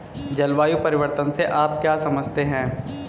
जलवायु परिवर्तन से आप क्या समझते हैं?